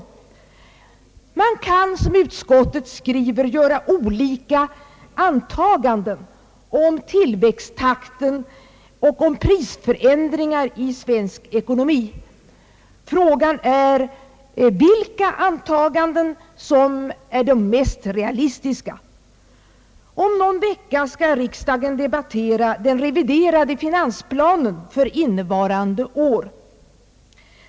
Utskottet skriver att olika antaganden kan göras om tillväxttakten och om prisförändringar i den svenska ekonomin. Frågan är vilka antaganden som är de mest realistiska. Om någon vecka skall riksdagen debattera den reviderade finansplanen för innevarande budgetår.